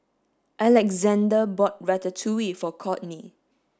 Alexzander bought Ratatouille for Courtney